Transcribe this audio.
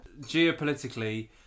Geopolitically